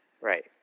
Right